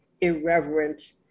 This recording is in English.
irreverent